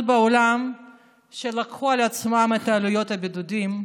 בעולם שלקחו על עצמן את עלויות הבידודים,